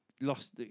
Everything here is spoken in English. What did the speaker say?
lost